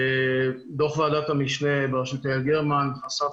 דו"ח ועדת המשנה בראשות יעל גרמן חשף